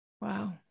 Wow